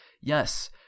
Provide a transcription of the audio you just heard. Yes